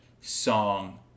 song